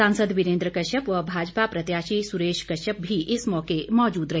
सांसद वीरेंद्र कश्यप व भाजपा प्रत्याशी सुरेश कश्यप भी इस मौके मौजूद रहे